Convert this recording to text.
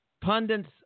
Pundits